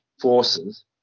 forces